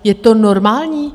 Je to normální?